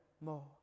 more